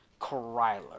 Kryler